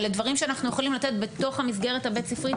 אלה דברים שאנחנו יכולים לתת בתוך המסגרת הבית ספרית,